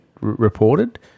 reported